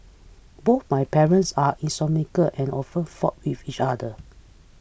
both my parents were insomniac and often fought with each other